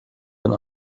been